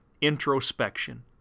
introspection